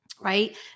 right